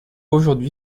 aujourd’hui